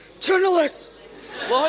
Journalists